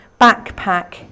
backpack